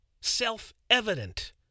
self-evident